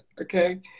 okay